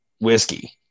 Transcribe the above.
whiskey